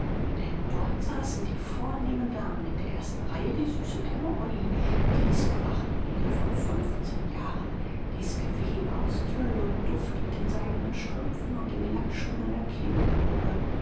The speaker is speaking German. denn dort saßen die vornehmen damen in der ersten reihe die süße kleine olly dies prachtmädel von fünfzehn jahren dies gewebe aus tüll und duft mit den seidenen strümpfen und den lackschuhen einer